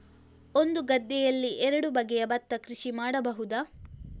ಒಂದು ಗದ್ದೆಯಲ್ಲಿ ಎರಡು ಬಗೆಯ ಭತ್ತದ ಕೃಷಿ ಮಾಡಬಹುದಾ?